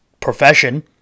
profession